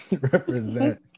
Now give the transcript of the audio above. Represent